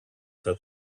have